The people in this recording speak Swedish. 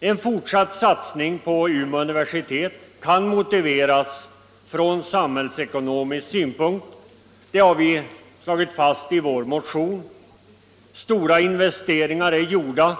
En fortsatt satsning på Umeå universitet kan motiveras från samhällsekonomisk synpunkt, har vi slagit fast i vår motion. Stora investeringar är gjorda.